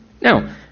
Now